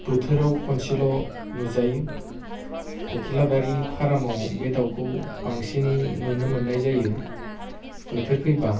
बोथोराव खनसेल' नुजायो खखिलाबारि फार्मावा बे दाउखौ बांसिनै नुनो मोननाय जायो बोथोर फैब्ला